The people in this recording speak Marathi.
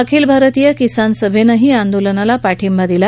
अखिल भारतीय किसान सभेनंही आंदोलनाला पाठिंबा दिला